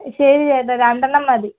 ശരി ചേട്ടാ രണ്ടെണ്ണം മതി